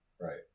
Right